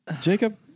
Jacob